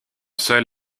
seul